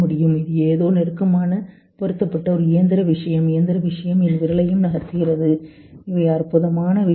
இது ஏதோ நெருக்கமாக பொருத்தப்பட்ட ஒரு இயந்திர விஷயம் இயந்திர விஷயம் என் விரலையும் நகர்த்துகிறது இவை அற்புதமான விஷயங்கள்